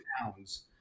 pounds